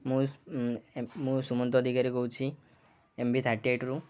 ମୁଁ ମୁଁ ସୁମନ୍ତ ଅଧିକାର କହୁଛି ଏମ୍ ବି ଥାର୍ଟି ଏଇଟ୍ରୁ